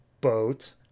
boat